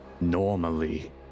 normally